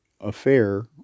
affair